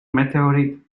meteorite